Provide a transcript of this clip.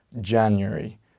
January